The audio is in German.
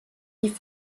die